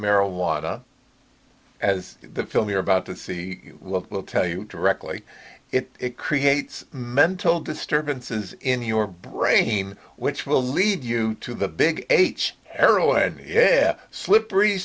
marijuana as the film you're about to see will tell you directly it creates mental disturbances in your brain which will lead you to the big h heroin yeah slippery